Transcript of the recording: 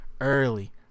early